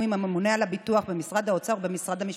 עם הממונה על הביטוח במשרד האוצר ועם משרד המשפטים.